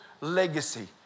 legacy